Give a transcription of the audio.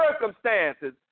circumstances